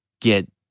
get